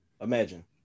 Imagine